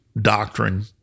doctrine